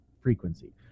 frequency